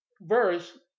verse